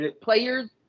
players